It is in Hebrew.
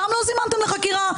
אותם לא זימנתם לחקירה,